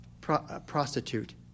prostitute